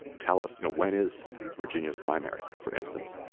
tell us, you know, when is virginia's primary, for instance?